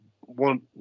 one